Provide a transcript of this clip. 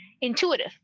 intuitive